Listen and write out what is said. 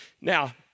Now